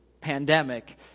pandemic